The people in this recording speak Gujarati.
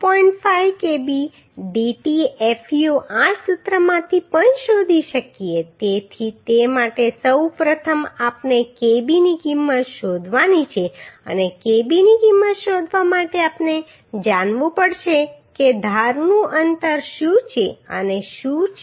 5 kb dt fu આ સૂત્રમાંથી પણ શોધી શકીએ તેથી તે માટે સૌ પ્રથમ આપણે kb ની કિંમત શોધવાની છે અને kb ની કિંમત શોધવા માટે આપણે જાણવું પડશે કે ધારનું અંતર શું છે અને શું છે